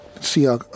see